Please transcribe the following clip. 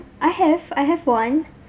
I have I have one